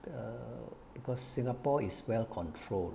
the because singapore is well controlled